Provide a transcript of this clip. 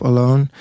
Alone